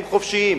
חופשיים.